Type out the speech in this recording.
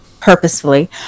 purposefully